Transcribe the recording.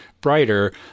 brighter